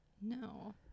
No